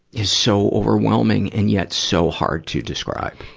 is so overwhelming and yet so hard to describe.